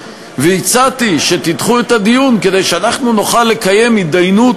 והצעתי שתדחו את הדיון כדי שאנחנו נוכל לקיים הידיינות